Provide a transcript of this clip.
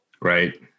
Right